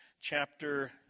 Chapter